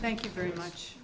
thank you very much